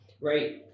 right